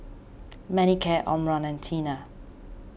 Manicare Omron and Tena